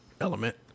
element